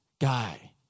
guy